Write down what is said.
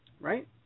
Right